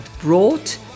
brought